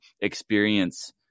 experience